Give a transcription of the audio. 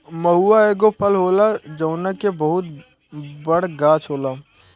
महुवा एगो फल होला जवना के बहुते बड़ गाछ होला